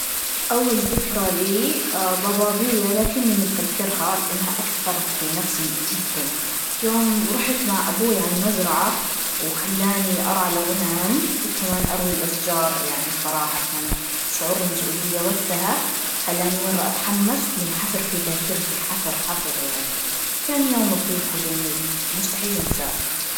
أول ذكرى لي ضبابية لكن متذكرها لأنها أثرت في نفسي جداً, يوم روحت مع أبوي عالمزرعة وخلاني أرعى الأغنام وكمان أروي الأشجار, يعني كانت شعور المسؤولية وقتها, خلاني مرة أتحمس, وينحفر في ذاكرتي حفر حفر, يعني كان يوم لطيف وجميل, مستحيل انساه.